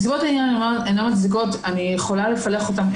נסיבות העניין אינן מצדיקות, אני יכולה לפלח אותן.